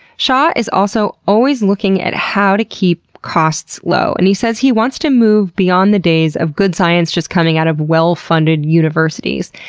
shah is also always looking at how to keep costs low. and he says he wants to move beyond the days of good science just coming out of well-funded universities,